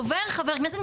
דובר וחבר כנסת,